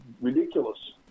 ridiculous